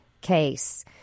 case